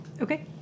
Okay